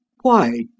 Why